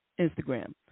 Instagram